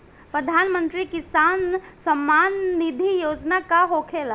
प्रधानमंत्री किसान सम्मान निधि योजना का होखेला?